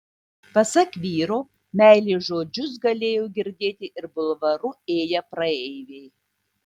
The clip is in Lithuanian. pasak vyro meilės žodžius galėjo girdėti ir bulvaru ėję praeiviai